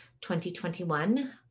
2021